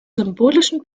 symbolischen